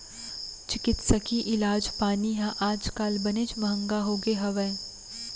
चिकित्सकीय इलाज पानी ह आज काल बनेच महँगा होगे हवय